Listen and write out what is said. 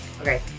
Okay